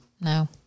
No